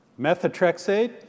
Methotrexate